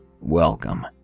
Welcome